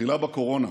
תחילה על קורונה.